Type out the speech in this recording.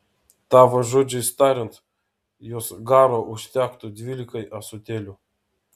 tavo žodžiais tariant jos garo užtektų dvylikai ąsotėlių